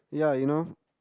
yeah you know